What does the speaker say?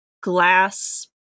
glass